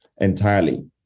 entirely